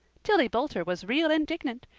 tillie boulter was real indignant.